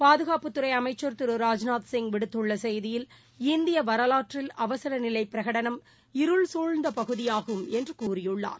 பாதுகாப்புத்துறைஅமைச்சர் ராஜ்நாத்சிங் விடுத்துள்ளசெய்தியில் இந்தியவரலாற்றில் அவசரநிலைபிரகடனம் இருள்சூழ்ந்தபகுதியாகும் என்றுகூறியுள்ளார்